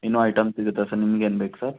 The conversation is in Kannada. ಇನ್ನೂ ಐಟಮ್ ಸಿಗುತ್ತೆ ಸರ್ ನಿಮ್ಗೇನು ಬೇಕು ಸರ್